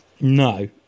No